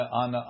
on